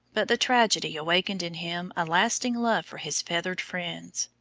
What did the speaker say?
but the tragedy awakened in him a lasting love for his feathered friends.